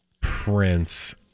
Prince